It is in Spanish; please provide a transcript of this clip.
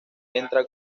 entra